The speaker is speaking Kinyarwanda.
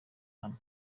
hano